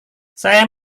saya